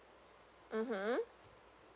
(uh huh)